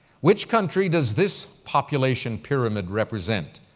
which country does this population pyramid represent?